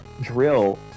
drill